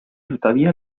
tuttavia